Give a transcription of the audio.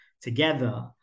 Together